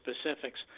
specifics